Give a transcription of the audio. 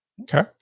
Okay